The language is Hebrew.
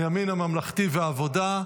הימין הממלכתי והעבודה.